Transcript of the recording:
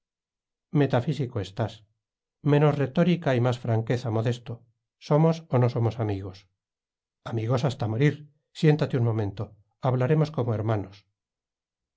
metafísico estás menos retórica y más franqueza modesto somos o no somos amigos amigos hasta morir siéntate un momento hablaremos como hermanos